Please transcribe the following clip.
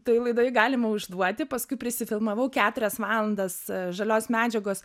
toj laidoj galima užduoti paskui prisifilmavau keturias valandas žalios medžiagos